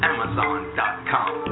Amazon.com